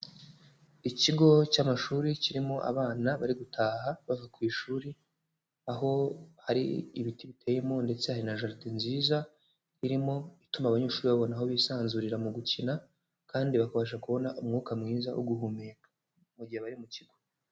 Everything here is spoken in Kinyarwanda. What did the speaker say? Ikigo cy'amashuri kirimo abana bari gutaha bava ku ishuri, aho hari ibiti biteyemo ndetse hari na jaride nziza irimo ituma abanyeshuri babona aho bisanzurira mu gukina kandi bakabasha kubona umwuka mwiza wo guhumeka mu gihe bari mu kigo.